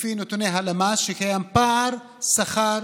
לפי נתוני הלמ"ס, שקיים פער שכר